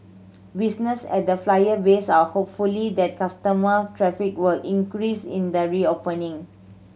business at the Flyer base are hopeful that customer traffic will increase in the reopening